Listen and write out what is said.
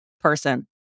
person